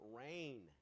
rain